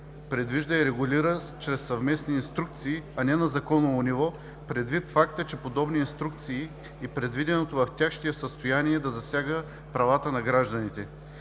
предвижда и регулира чрез съвместни инструкции, а не на законово ниво, предвид факта че подобни инструкции и предвиденото в тях ще е в състояние да засяга правата на гражданите.